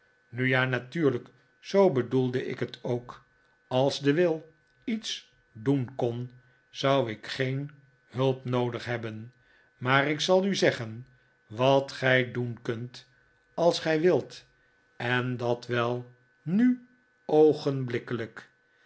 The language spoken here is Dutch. nu ja natuurlijk zoo bedoelde ik het ook als de wil iets doen kon zou ik geen hulp noodig hebben maar ik zal u zeggen wat gij doen kunt als gij wilt en dat wel nu